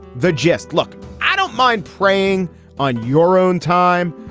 the just look, i don't mind praying on your own time,